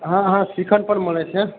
હા હા શ્રીખંડ પણ મળે છે